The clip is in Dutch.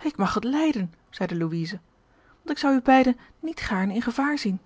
ik mag het lijden zeide louise want ik zou u beide niet gaarne in gevaar zien